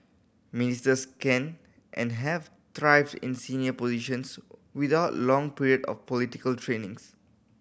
ministers can and have thrived in senior positions without long period of political trainings